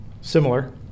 similar